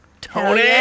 Tony